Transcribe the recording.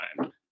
time